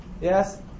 Yes